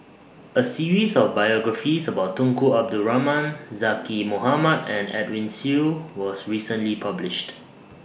A series of biographies about Tunku Abdul Rahman Zaqy Mohamad and Edwin Siew was recently published